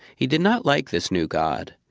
he did not like this new god.